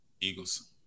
Eagles